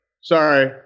Sorry